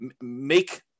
make